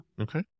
Okay